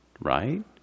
right